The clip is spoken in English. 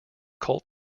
cult